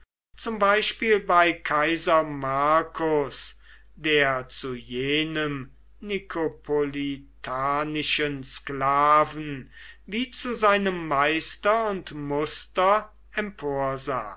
zum beispiel bei kaiser marcus der zu jenem nikopolitanischen sklaven wie zu seinem meister und muster